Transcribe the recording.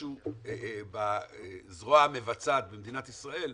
מישהו בזרוע המבצעת במדינת ישראל,